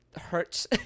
hurts